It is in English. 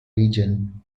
region